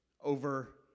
over